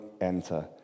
enter